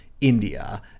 India